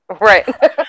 Right